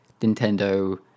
Nintendo